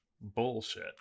bullshit